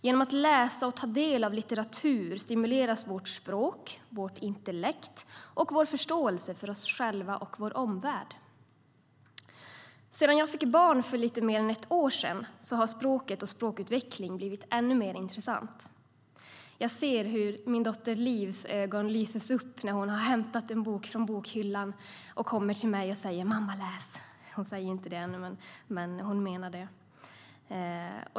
Genom att läsa och ta del av litteratur stimuleras vårt språk, vårt intellekt och vår förståelse för oss själva och vår omvärld. Sedan jag fick barn för lite mer än ett år sedan har språk och språkutveckling blivit ännu mer intressant. Jag ser hur min dotter Livs ögon lyses upp när hon har hämtat en bok från bokhyllan och kommer till mig och säger: Mamma, läs! Ja, hon säger inte det, men hon menar det.